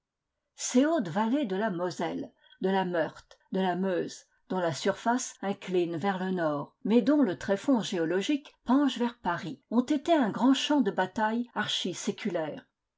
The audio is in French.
ces hautes vallées de la moselle de la meurthe de la meuse dont la surface incline vers le nord mais dont le tréfonds géologique penche vers paris ont été un grand champ de bataille